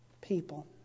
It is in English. people